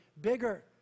Bigger